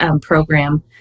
program